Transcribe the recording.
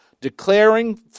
Declaring